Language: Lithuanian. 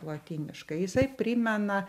lotyniškai jisai primena